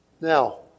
Now